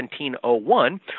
17.01